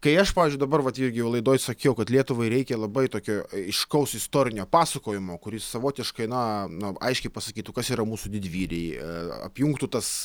kai aš pavyzdžiui dabar vat irgi laidoj sakiau kad lietuvai reikia labai tokio aiškaus istorinio pasakojimo kuris savotiškai na na aiškiai pasakytų kas yra mūsų didvyriai apjungtų tas